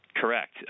Correct